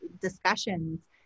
discussions